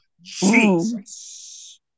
jesus